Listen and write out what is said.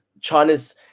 China's